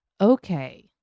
Okay